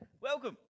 welcome